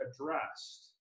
addressed